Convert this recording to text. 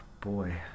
boy